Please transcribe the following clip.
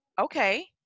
okay